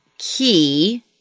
key